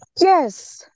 Yes